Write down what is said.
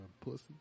pussy